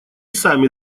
сами